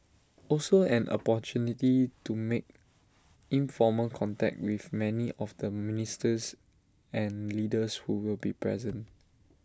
also an opportunity to make informal contact with many of the ministers and leaders who will be present